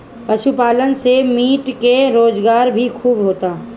पशुपालन से मीट के रोजगार भी खूब होता